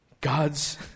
God's